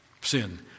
sin